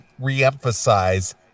reemphasize